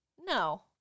no